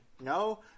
no